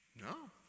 No